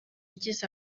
igize